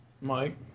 Mike